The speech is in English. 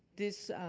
this,